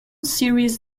series